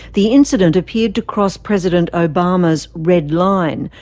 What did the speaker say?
the incident appeared to cross president obama's red line,